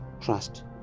trust